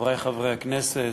חברי חברי הכנסת,